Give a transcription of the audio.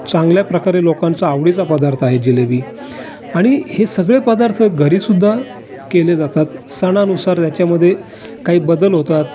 चांगल्या प्रकारे लोकांचा आवडीचा पदार्थ आहे जिलेबी आणि हे सगळे पदार्थ घरीसुद्धा केले जातात सणानुसार त्याच्यामध्ये काही बदल होतात